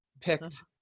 picked